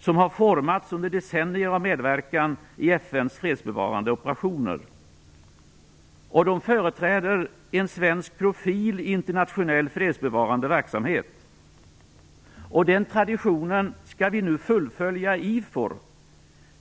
som har formats under decennier av medverkan i FN:s fredsbevarande operationer. De företräder en svensk profil i internationell fredsbevarande verksamhet. Den traditionen skall vi nu fullfölja i IFOR.